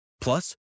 Plus